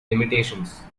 limitations